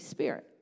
Spirit